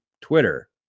Twitter